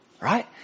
right